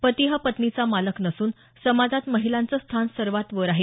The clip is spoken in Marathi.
पती हा पत्नीचा मालक नसून समाजात महिलांचं स्थान सर्वात वर आहे